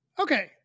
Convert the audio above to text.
Okay